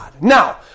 Now